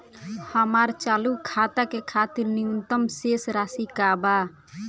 हमार चालू खाता के खातिर न्यूनतम शेष राशि का बा?